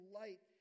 light